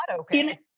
okay